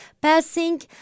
passing